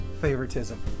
favoritism